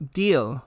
deal